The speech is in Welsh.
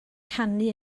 canu